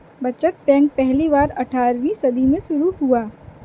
बचत बैंक पहली बार अट्ठारहवीं सदी में शुरू हुआ